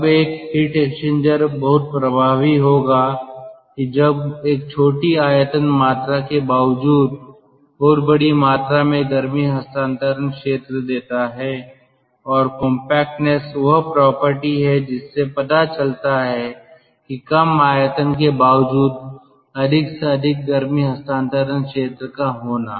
अब एक heat exchanger बहुत प्रभावी होगा कि जब एक छोटी आयतन मात्रा के बावजूद बहुत बड़ी मात्रा में गर्मी हस्तांतरण क्षेत्र देता है और कॉम्पेक्टनेस वह प्रॉपर्टी है जिससे पता चलता है कि कम आयतन के बावजूद अधिक से अधिक गर्मी हस्तांतरण क्षेत्र का होना